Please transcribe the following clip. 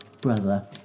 brother